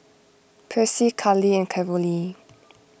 Percy Cali and Carolee